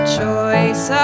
choice